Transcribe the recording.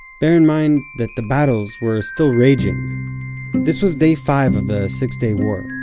bear in mind that the battles were still raging this was day five of the six day war.